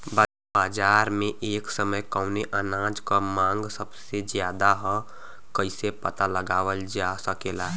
बाजार में एक समय कवने अनाज क मांग सबसे ज्यादा ह कइसे पता लगावल जा सकेला?